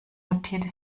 notierte